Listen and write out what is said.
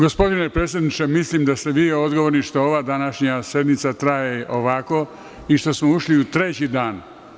Gospodine predsedniče, mislim da ste vi odgovorni što ova današnja sednica traje ovako i što smo ušli u treći dan.